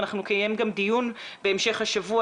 אם אנחנו נקיים גם דיון בהמשך השבוע,